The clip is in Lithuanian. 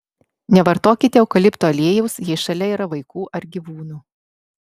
nevartokite eukalipto aliejaus jei šalia yra vaikų ar gyvūnų